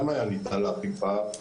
גם היה ניתן לאכיפה,